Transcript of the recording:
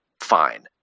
Fine